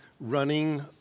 running